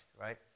right